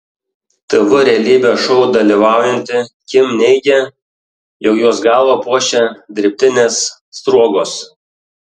tv realybės šou dalyvaujanti kim neigia jog jos galvą puošia dirbtinės sruogos